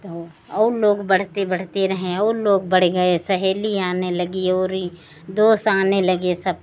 तो और लोग बढ़ते बढ़ते रहे और लोग बढ़ गए सहेली आने लगी और यह दोस्त आने लगे सब